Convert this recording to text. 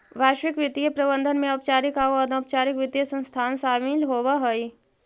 वैश्विक वित्तीय प्रबंधन में औपचारिक आउ अनौपचारिक वित्तीय संस्थान शामिल होवऽ हई